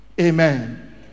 Amen